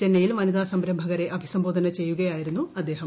ചെന്നൈയിൽ വനിതാ സംരംഭകരെ അഭിസംബോധന ചെയ്യുകയായിരുന്നു അദ്ദേഹം